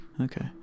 Okay